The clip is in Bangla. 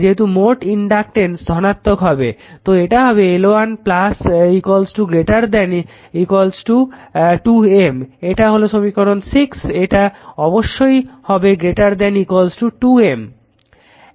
যেহেতু মোট ইনডাকটেন্স ধনাত্মক হতে হবে তো এটা হবে L1 2 M এটা হলো সমীকরণ 6 এটা অবশ্যই হতে হবে 2 M